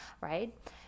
right